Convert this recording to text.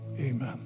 amen